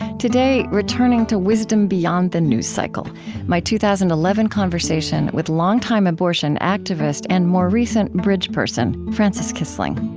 today, returning to wisdom beyond the news cycle my two thousand and eleven conversation with longtime abortion activist and more recent bridge person, frances kissling